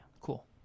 Cool